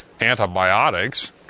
antibiotics